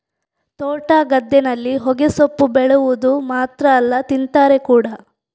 ತೋಟ, ಗದ್ದೆನಲ್ಲಿ ಹೊಗೆಸೊಪ್ಪು ಬೆಳೆವುದು ಮಾತ್ರ ಅಲ್ಲ ತಿಂತಾರೆ ಕೂಡಾ